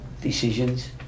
decisions